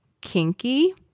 kinky